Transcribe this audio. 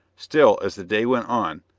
still, as the day went on,